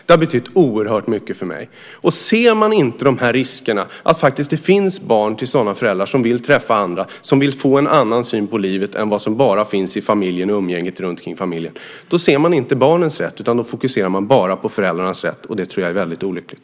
Det har betytt oerhört mycket för mig. Ser man inte de här riskerna, det vill säga att det faktiskt finns barn som har sådana föräldrar men som vill få en annan syn på livet än vad som bara finns i familjen och umgänget runtomkring familjen, då ser man inte barnens rätt utan då fokuserar man bara på föräldrarnas rätt. Det tror jag är väldigt olyckligt.